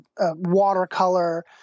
watercolor